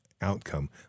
outcome